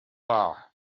dda